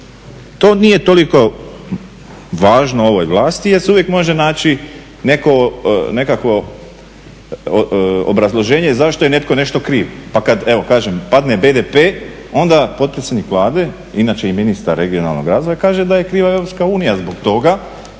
to nije toliko važno ovoj vlasti jer se uvijek može naći nekakvo obrazloženje zašto je netko nešto kriv. Pa kad, evo kažem padne BDP onda potpredsjednik Vlade, inače i ministar regionalnog razvoja kaže da je kriva Europska